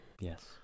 yes